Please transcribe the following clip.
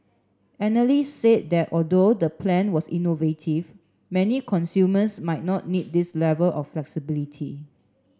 analysts said that although the plan was innovative many consumers might not need this level of flexibility